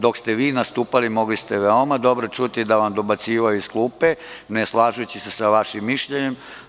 Dok ste vi nastupali mogli ste veoma dobro čuti da vam dobacuju iz klupe, ne slažući se s vašim mišljenjem.